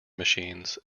machines